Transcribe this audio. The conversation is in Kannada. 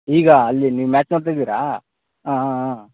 ಈಗ ಅಲ್ಲಿ ನೀವು ಮ್ಯಾಚ್ ನೋಡ್ತಿದ್ದೀರಾ ಹಾಂ ಹಾಂ ಹಾಂ